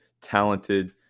talented